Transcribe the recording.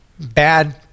Bad